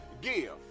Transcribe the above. Give